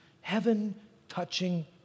Heaven-touching